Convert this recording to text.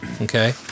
okay